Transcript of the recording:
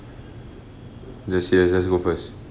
just serious just go first